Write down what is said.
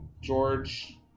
George